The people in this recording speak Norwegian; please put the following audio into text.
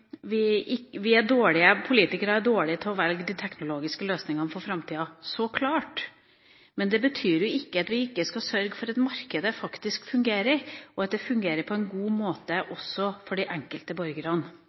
politikere er dårlige til å velge de teknologiske løsningene for framtida. Så klart! Men det betyr jo ikke at vi ikke skal sørge for at markedet faktisk fungerer, og at det fungerer på en god måte